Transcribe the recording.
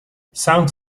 sounds